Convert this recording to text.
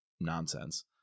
nonsense